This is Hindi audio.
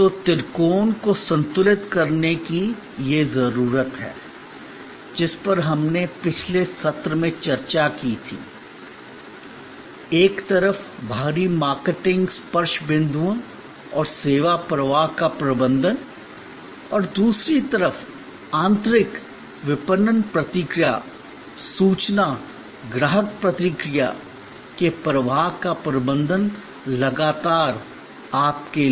तो त्रिकोण को संतुलित करने की यह जरूरत है जिस पर हमने पिछले सत्र में चर्चा की थी एक तरफ बाहरी मार्केटिंग स्पर्श बिंदुओं और सेवा प्रवाह का प्रबंधन और दूसरी तरफ आंतरिक विपणन प्रतिक्रिया सूचना ग्राहक प्रतिक्रिया के प्रवाह का प्रबंधन लगातार आपके लिए